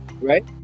right